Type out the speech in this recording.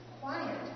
quiet